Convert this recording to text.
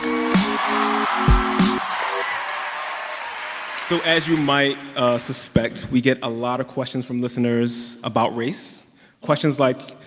um so as you might suspect, we get a lot of questions from listeners about race questions like,